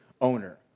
owner